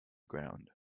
ground